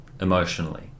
emotionally